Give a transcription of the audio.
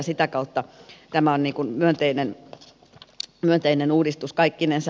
sitä kautta tämä on myönteinen uudistus kaikkinensa